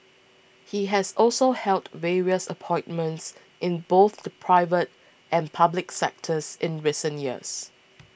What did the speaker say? he has also held various appointments in both the private and public sectors in recent years